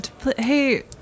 hey